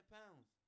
pounds